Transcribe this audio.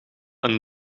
een